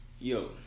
yo